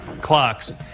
clocks